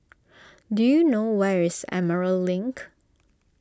do you know where is Emerald Link